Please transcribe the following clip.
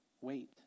Wait